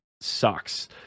sucks